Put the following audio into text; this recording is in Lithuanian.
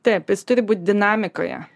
taip jis turi būti dinamikoje